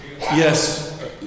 Yes